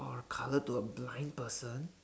colour to a blind person